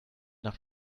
nach